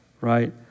right